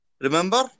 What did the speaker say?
Remember